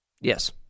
Yes